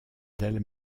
d’elle